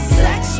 sex